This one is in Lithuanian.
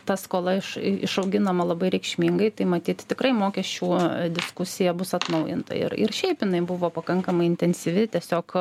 ta skola iš išauginama labai reikšmingai tai matyt tikrai mokesčių diskusija bus atnaujinta ir ir šiaip jinai buvo pakankamai intensyvi tiesiog